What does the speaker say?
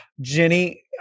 Jenny